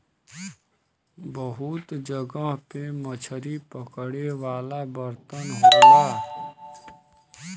बहुत जगह पे मछरी पकड़े वाला बर्तन होला